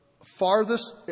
farthest